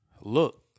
look